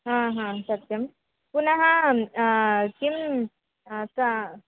हा हा सत्यं पुनः किं सा